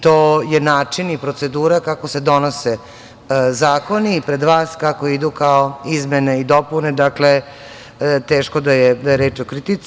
To je način i procedura kako se donose zakoni pred vas, kako idu kao izmene i dopune, dakle, teško da je reč o kritici.